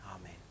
Amen